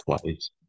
twice